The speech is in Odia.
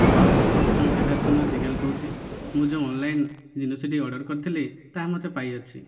ହ୍ୟାଲୋ ମୁଁ କେଦାର ଚନ୍ଦ୍ର ଦିଗାଲ୍ କହୁଛି ମୁଁ ଯେଉଁ ଅନ୍ଲାଇନ୍ ଜିନିଷଟି ଅର୍ଡ଼ର୍ କରିଥିଲି ତାହା ମଧ୍ୟ ପାଇଅଛି